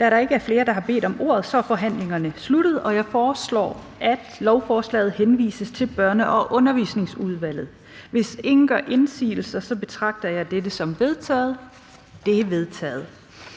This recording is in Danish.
Da der ikke er flere, der har bedt om ordet, er forhandlingen sluttet. Jeg foreslår, at lovforslaget henvises til Erhvervsudvalget. Hvis ingen gør indsigelse, betragter jeg dette som vedtaget. Det er vedtaget.